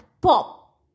Pop